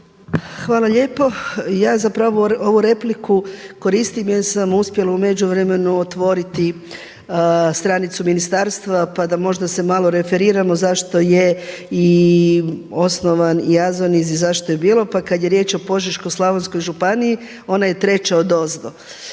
Hvala lijepo. Ja zapravo ovu repliku koristim jer sam uspjela u međuvremenu otvoriti stranicu ministarstva pa da možda se malo referiramo zašto je i osnovan AZONIZ i zašto je bilo. Pa kada je riječ o Požeško-slavonskoj županiji ona je treća odozdo